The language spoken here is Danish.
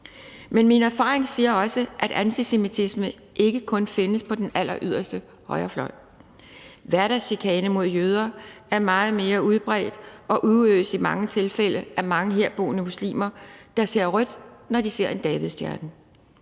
men min erfaring siger også, at antisemitisme ikke kun findes på den alleryderste højrefløj. Hverdagschikane mod jøder er meget mere udbredt og udøves i mange tilfælde af mange herboende muslimer, der ser rødt, når de ser en davidsstjerne.